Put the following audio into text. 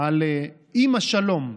על אימא שלום,